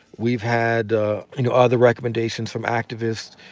we've had ah you know other recommendations from activists.